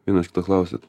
vienas kito klausiat